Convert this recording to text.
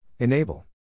Enable